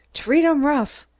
treat em rough!